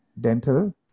Dental